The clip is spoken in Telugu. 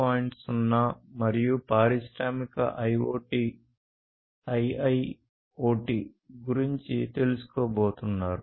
0 మరియు పారిశ్రామిక ఐఒటి గురించి తెలుసుకోబోతున్నారు